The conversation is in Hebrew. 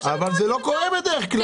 אחרות --- אבל זה לא קורה בדרך כלל,